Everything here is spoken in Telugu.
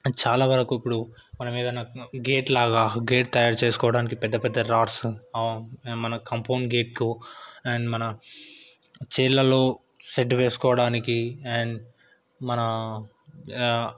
చాలా వరకు ఇప్పుడు మనం ఏదైనా గేట్ లాగా గేట్ తయారు చేసుకోవడానికి పెద్ద పెద్ద రాడ్స్ ఏమైనా కాంపౌండ్ గేట్కు అండ్ మన చేలల్లో షెడ్ వేసుకోడానికి అండ్ మన